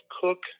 Cook